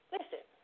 Listen